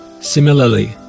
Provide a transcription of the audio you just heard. similarly